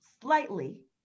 slightly